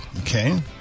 okay